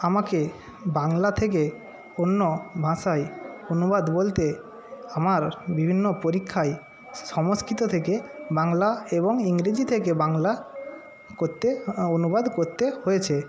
আমাকে বাংলা থেকে অন্য ভাষায় অনুবাদ বলতে আমার বিভিন্ন পরীক্ষায় সংস্কৃত থেকে বাংলা এবং ইংরেজি থেকে বাংলা করতে অনুবাদ করতে হয়েছে